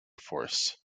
force